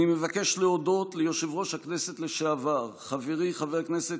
אני מבקש להודות ליושב-ראש הכנסת לשעבר חברי חבר הכנסת